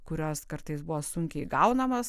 kurios kartais buvo sunkiai gaunamos